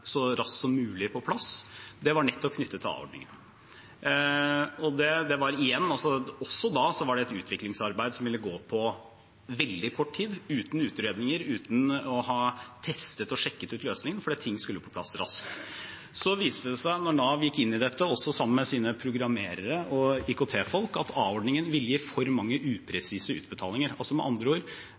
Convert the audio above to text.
så raskt som mulig på plass, var nettopp knyttet til a-ordningen. Også da var det et utviklingsarbeid som ville gå på veldig kort tid, uten utredninger, uten å ha testet og sjekket ut løsninger, fordi ting skulle på plass raskt. Så viste det seg, da Nav gikk inn i dette, også sammen med sine programmerere og IKT-folk, at a-ordningen ville gi for mange upresise utbetalinger. Altså med andre ord: